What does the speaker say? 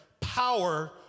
power